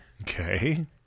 Okay